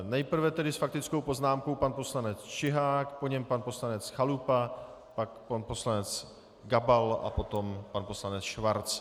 Nejprve tedy s faktickou poznámkou pan poslanec Čihák, po něm pan poslanec Chalupa, pak pan poslanec Gabal a pak pan poslanec Schwarz.